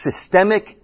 systemic